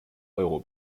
euro